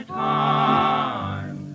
time